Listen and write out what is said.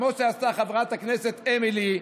כמו שעשתה חברת הכנסת אמילי,